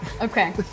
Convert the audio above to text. Okay